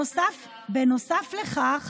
נוסף לכך,